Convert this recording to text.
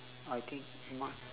I think mine